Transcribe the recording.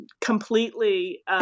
completely